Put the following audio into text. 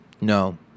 No